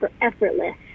effortless